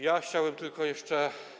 Ja chciałem tylko jeszcze.